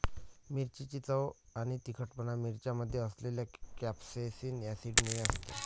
मिरचीची चव आणि तिखटपणा मिरच्यांमध्ये असलेल्या कॅप्सेसिन ऍसिडमुळे असतो